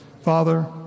Father